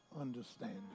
understanding